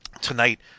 tonight